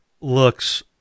looks